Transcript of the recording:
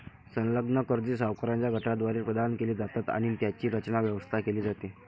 संलग्न कर्जे सावकारांच्या गटाद्वारे प्रदान केली जातात आणि त्यांची रचना, व्यवस्था केली जाते